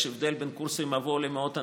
יש הבדל בין קורס מבוא למאות אנשים,